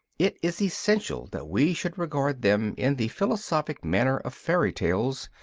it is essential that we should regard them in the philosophic manner of fairy tales,